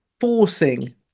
forcing